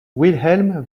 wilhelm